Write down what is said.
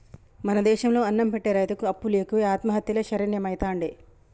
మన దేశం లో అన్నం పెట్టె రైతుకు అప్పులు ఎక్కువై ఆత్మహత్యలే శరణ్యమైతాండే